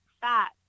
fat